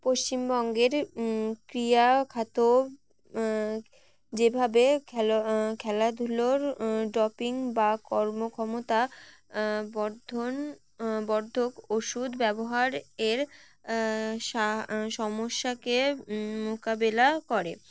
পশ্চিমবঙ্গের ক্রিয়াখাত যেভাবে খেলো খেলাধুলোর ডোপিং বা কর্মক্ষমতা বর্ধন বর্ধক ওষুধ ব্যবহার এর সমস্যাকে মোকাবেলা করে